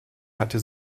hatte